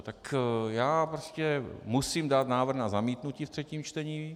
Tak já prostě musím dát návrh na zamítnutí ve třetím čtení.